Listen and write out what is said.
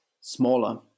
smaller